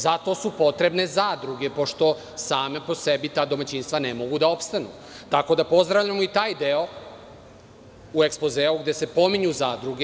Zato su potrebne zadruge pošto same po sebi ta domaćinstva ne mogu da opstanu, tako da pozdravljamo i taj deo u ekspozeu gde se pominju zadruge.